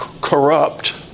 corrupt